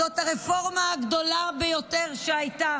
זו הרפורמה הגדולה ביותר שהייתה